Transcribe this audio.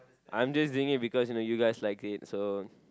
I'm just doing it because you know you guys like it so